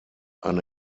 eine